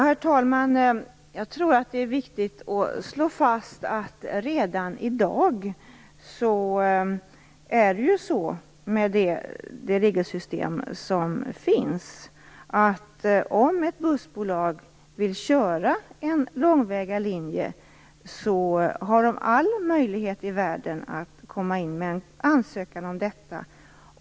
Herr talman! Jag tror att det är viktigt att slå fast att ett bussbolag som vill köra en långväga linje redan med det regelsystem som finns i dag har all möjlighet i världen att komma in med en ansökan om detta.